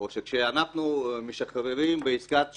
או שכשאנחנו משחררים בעסקת שליט,